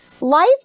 Life